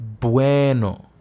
bueno